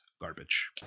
garbage